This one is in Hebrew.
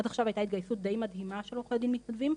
עד עכשיו הייתה התגייסות די מדהימה של עורכי דין מתנדבים,